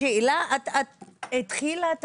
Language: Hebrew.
השאלה, התחלת את